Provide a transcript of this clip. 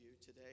today